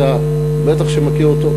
ואתה בטח מכיר אותו,